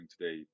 today